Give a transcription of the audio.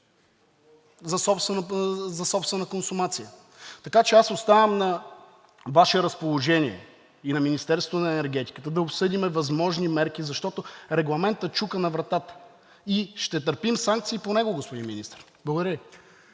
за собствена консумация. Така че аз оставам на Ваше разположение и на Министерството на енергетиката да обсъдим възможни мерки, защото Регламентът чука на вратата и ще търпим санкции по него, господин Министър. Благодаря